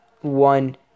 one